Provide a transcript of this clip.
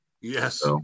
Yes